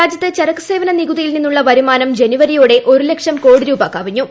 രാജ്യത്ത് ചരക്ക് സേവന നികുതിയിൽ നിന്നുള്ള വരുമാനം ജനുവരിയോടെ ഒരു ലക്ഷം കോടി കവിഞ്ഞു